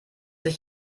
sich